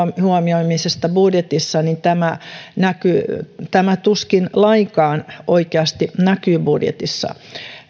huomioimisesta budjetissa niin tämä tuskin lainkaan oikeasti näkyy budjetissa